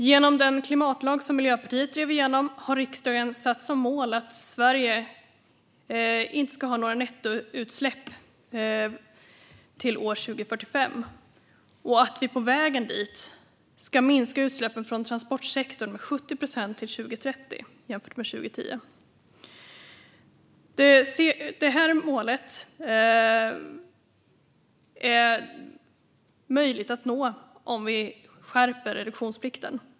Genom den klimatlag som Miljöpartiet drev igenom har riksdagen satt som mål att Sverige inte ska ha några nettoutsläpp till år 2045 och att vi på vägen dit ska minska utsläppen från transportsektorn med 70 procent till 2030 jämfört med 2010. Detta är möjligt att nå om vi skärper reduktionsplikten.